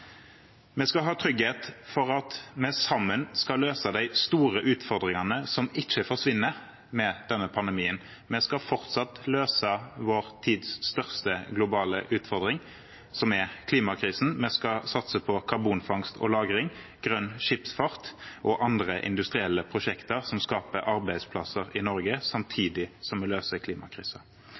Vi skal ha trygghet for at vi sammen skal løse de store utfordringene, som ikke forsvinner med denne pandemien. Vi skal fortsatt løse vår tids største globale utfordring, som er klimakrisen. Vi skal satse på karbonfangst og -lagring, grønn skipsfart og andre industrielle prosjekter som skaper arbeidsplasser i Norge, samtidig som vi løser